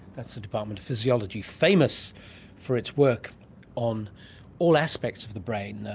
that's the department of physiology, famous for its work on all aspects of the brain.